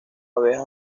abejas